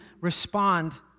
respond